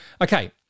Okay